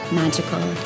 magical